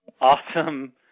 awesome